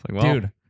Dude